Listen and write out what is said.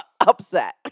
upset